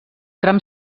tram